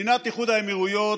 מדינת איחוד האמירויות